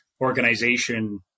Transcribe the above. organization